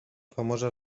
famosa